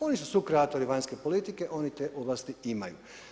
Oni su sukreatori vanjske politike, oni te ovlasti imaju.